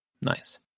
Nice